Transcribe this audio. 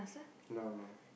now no